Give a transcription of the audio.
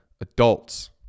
adults